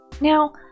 Now